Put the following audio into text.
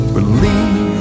believe